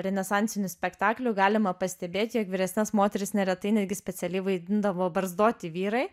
renesansinių spektaklių galima pastebėti jog vyresnes moteris neretai netgi specialiai vaidindavo barzdoti vyrai